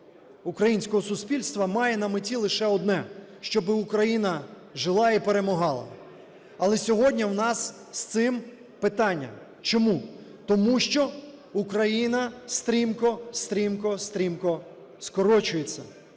українського суспільства має на меті лише одне – щоби Україна жила і перемагала. Але сьогодні у нас з цим питання. Чому? Тому що Україна стрімко, стрімко, стрімко скорочується,